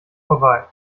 vorbei